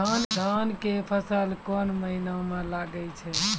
धान के फसल कोन महिना म लागे छै?